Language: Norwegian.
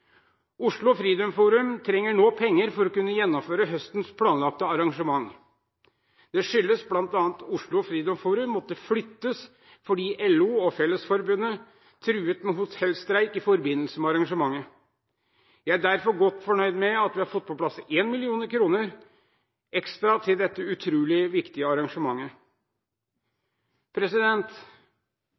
Oslo Freedom Forum trenger penger for å kunne gjennomføre høstens planlagte arrangement. Det skyldes bl.a. at Oslo Freedom Forum måtte flyttes fordi LO og Fellesforbundet truet med hotellstreik i forbindelse med arrangementet. Jeg er derfor godt fornøyd med at vi har fått på plass 1 mill. kr ekstra til dette utrolig viktige arrangementet.